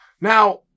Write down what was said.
Now